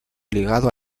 ligado